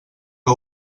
que